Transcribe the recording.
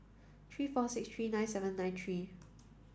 three four six three nine seven nine three